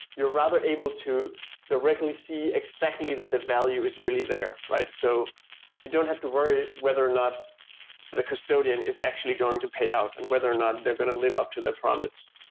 you're rather able to directly see exactly that the value is really there, right? so you don't have to worry whether or not the custodian is actually going to payout and whether or not they're going to live up to their promise.